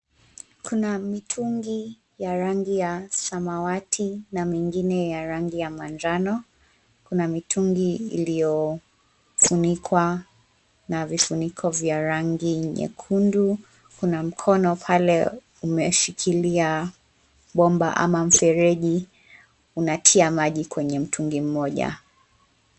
Kuna mitungi ya rangi ya samawati na mengine ya rangi ya manjano. Kuna mitungi iliyofunikwa na vifuniko vya rangi nyekundu. Kuna mkono pale umeshikilia bomba ama mfereji unatia maji kwenye mtungi mmoja.